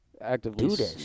Actively